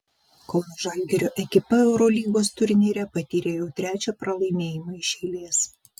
kauno žalgirio ekipa eurolygos turnyre patyrė jau trečią pralaimėjimą iš eilės